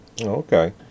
okay